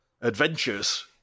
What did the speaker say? adventures